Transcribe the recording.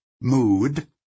Mood